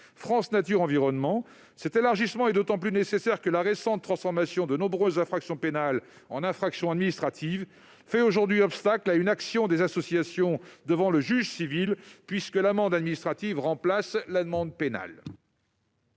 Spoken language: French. France Nature Environnement, cet élargissement est d'autant plus nécessaire que la récente transformation de nombreuses infractions pénales en infractions administratives fait aujourd'hui obstacle à une action des associations devant le juge civil, puisque l'amende administrative remplace l'amende pénale.